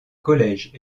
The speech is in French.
collège